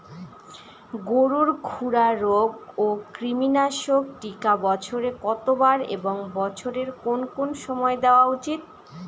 গরুর খুরা রোগ ও কৃমিনাশক টিকা বছরে কতবার এবং বছরের কোন কোন সময় দেওয়া উচিৎ?